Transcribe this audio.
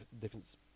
difference